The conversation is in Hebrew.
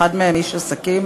אחד מהם איש עסקים,